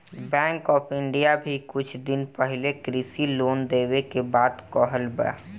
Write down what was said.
bank of India भी कुछ दिन पाहिले कृषि लोन देवे के बात कहले बा